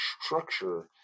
structure